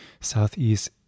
Southeast